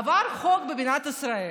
עבר חוק במדינת ישראל,